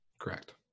Correct